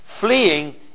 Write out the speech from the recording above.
fleeing